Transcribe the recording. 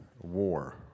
war